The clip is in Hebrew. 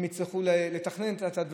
הם יצטרכו לתכנן את הדברים.